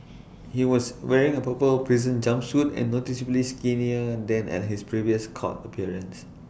he was wearing A purple prison jumpsuit and noticeably skinnier than at his previous court appearance